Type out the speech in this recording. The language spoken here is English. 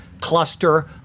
cluster